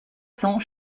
cents